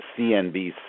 CNBC